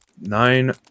nine